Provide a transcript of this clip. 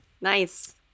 Nice